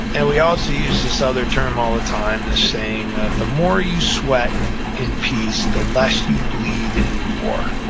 and we also used this other term all the time, this saying of, the more you sweat in peace, the less you bleed in war.